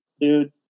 dude